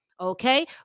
Okay